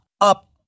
up